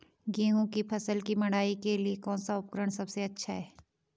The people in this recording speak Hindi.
गेहूँ की फसल की मड़ाई के लिए कौन सा उपकरण सबसे अच्छा है?